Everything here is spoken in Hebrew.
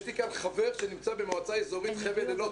יש לי כאן חבר שנמצא במועצה אזורית חבל אילות,